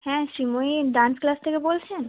হ্যাঁ Srimoyee dance class থেকে বলছেন